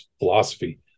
philosophy